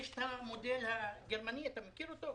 ישנו המודל הגרמני, אתה מכיר אותו?